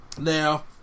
Now